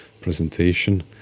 presentation